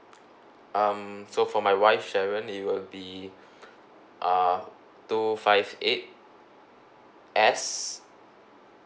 um so for my wife sharon it will be uh two five eight S